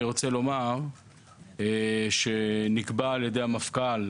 אני רוצה לומר שמה שנקבע על ידי המפכ״ל,